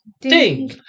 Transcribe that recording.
Ding